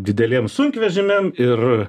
dideliem sunkvežimiam ir